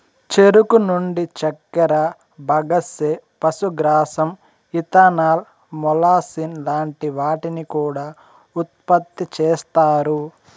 చెరుకు నుండి చక్కర, బగస్సే, పశుగ్రాసం, ఇథనాల్, మొలాసిస్ లాంటి వాటిని కూడా ఉత్పతి చేస్తారు